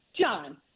John